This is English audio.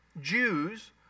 Jews